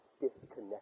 disconnected